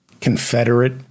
Confederate